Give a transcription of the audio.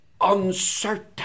uncertain